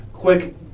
Quick